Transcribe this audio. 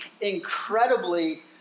incredibly